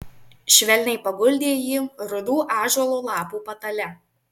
švelniai paguldė jį rudų ąžuolo lapų patale